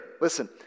listen